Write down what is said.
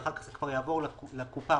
ואז זה יעבור לקופה,